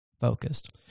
focused